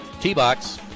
T-Box